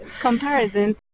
comparison